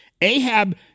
Ahab